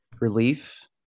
Relief